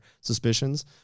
suspicions